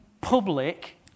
public